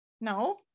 No